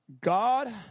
God